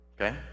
okay